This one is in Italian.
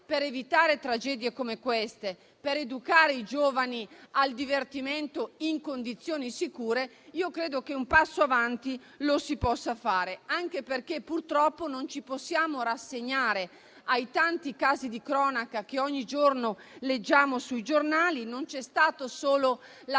per evitare tragedie come quella ricordata per educare i giovani al divertimento in condizioni sicure, credo che un passo avanti lo si possa fare. E dico ciò anche perché, purtroppo, non ci possiamo rassegnare ai tanti casi di cronaca che ogni giorno leggiamo sui giornali, perché non c'è stata solo la